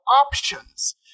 options